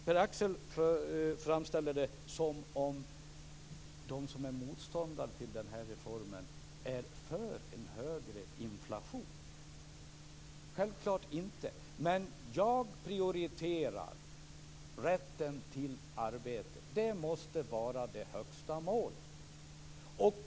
Pär Axel Sahlberg framställer det som att de som är motståndare till denna reform är för en högre inflation. Självfallet är det inte så. Men jag prioriterar rätten till arbete. Det måste vara det högsta målet.